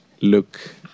look